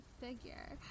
figure